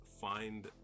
find